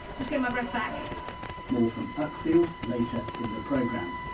just get my breath back more from uckfield later in the programme.